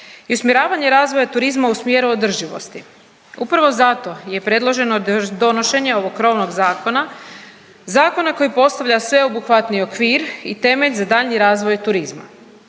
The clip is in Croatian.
i usmjeravanje razvoja turizma u smjeru održivosti. Upravo zato je predloženo donošenje ovog krovnog zakona, zakona koji postavlja sveobuhvatni okvir i temelj za daljnji razvoj turizma.